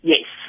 Yes